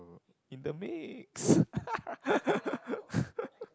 in the mix